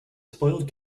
spoiled